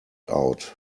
out